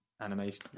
animation